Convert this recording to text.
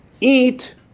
Eat